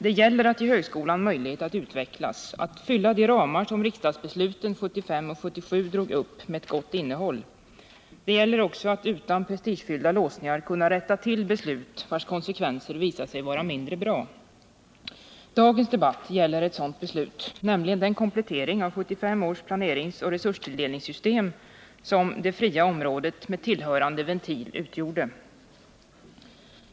Det gäller att ge högskolan möjlighet att utvecklas, att fylla de ramar som riksdagsbesluten 1975 och 1977 drog upp med ett gott innehåll. Det gäller också att utan prestigefyllda låsningar kunna rätta till beslut vilkas konsekvenser visar sig vara mindre bra. Dagens debatt gäller ett sådant beslut, nämligen den komplettering av 1975 års planeringsoch resurstilldelningssystem som det fria området med tillhörande ventil utgjorde.